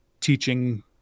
teaching